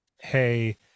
Hey